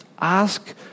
ask